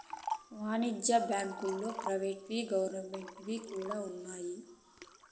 వాణిజ్య బ్యాంకుల్లో ప్రైవేట్ వి గవర్నమెంట్ వి కూడా ఉన్నాయి